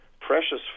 precious